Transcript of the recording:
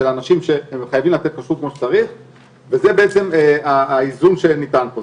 של אנשים שחייבים לתת כשרות כמו שצריך וזה האיזון שניתן פה.